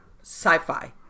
sci-fi